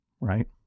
right